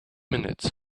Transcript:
minutes